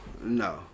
No